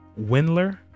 Windler